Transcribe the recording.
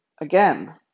again